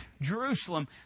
Jerusalem